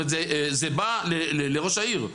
זה בא לראש העיר.